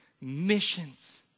missions